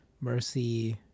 mercy